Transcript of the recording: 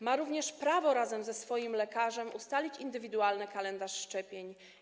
Ma również prawo razem ze swoim lekarzem ustalić indywidualny kalendarz szczepień.